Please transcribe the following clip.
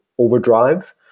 overdrive